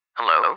Hello